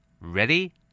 Ready